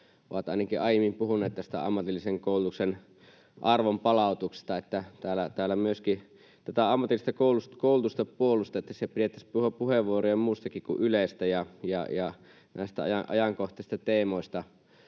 ovat ainakin aiemmin puhuneet tästä ammatillisen koulutuksen arvon palautuksesta, niin täällä myöskin tätä ammatillista koulutusta puolustettaisiin ja pidettäisiin puheenvuoroja muustakin kuin Ylestä ja näistä ajankohtaisista teemoista.